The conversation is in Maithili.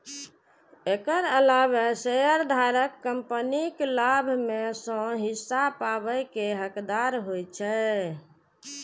एकर अलावे शेयरधारक कंपनीक लाभ मे सं हिस्सा पाबै के हकदार होइ छै